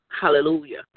Hallelujah